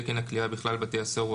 תקן הכליאה בכלל בתי הסוהר הוא